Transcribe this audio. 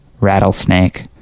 Rattlesnake